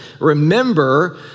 Remember